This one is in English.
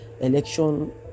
Election